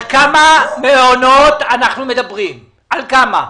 על כמה מעונות אנחנו מדברים - על כמה?